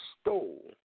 stole